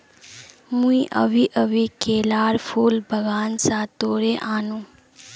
मुई अभी अभी केलार फूल बागान स तोड़े आन नु